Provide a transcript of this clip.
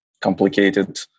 complicated